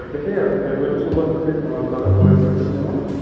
تُہۍ گژھِ ہے تیٚلہِ کٔرۍزیٚو صُبحَس تہِ تُہۍ فون پگاہ دۄہلہِ کٔرۍزیٚو فون